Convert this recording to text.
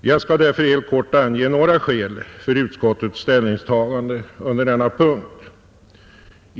Jag skall därför helt kort ange några skäl för utskottets ställningstagande under denna punkt.